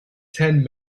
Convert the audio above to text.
ten